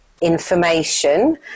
information